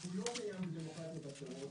הוא לא קיים בדמוקרטיות אחרות,